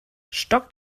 stock